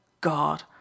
god